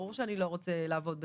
ברור שאני לא רוצה לעבוד בזה.